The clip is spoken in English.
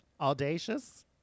Audacious